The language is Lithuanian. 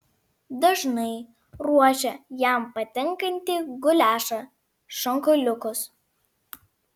dažnai ruošia jam patinkantį guliašą šonkauliukus